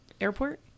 airport